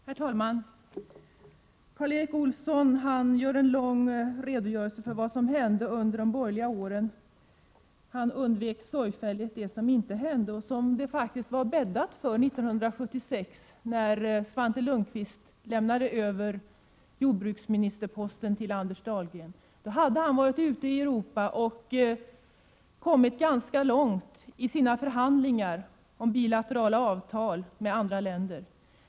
Herr talman! Karl Erik Olsson har lämnat en lång redogörelse för vad som hände under de borgerliga regeringsåren. Han undvek sorgfälligt det som inte hände men som det faktiskt var bäddat för 1976, när Svante Lundkvist lämnade över jordbruksministerposten till Anders Dahlgren. Då hade han varit ute i Europa och kommit ganska långt i sina förhandlingar om bilaterala avtal med andra länder.